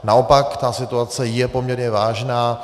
Naopak, ta situace je poměrně vážná.